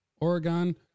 Oregon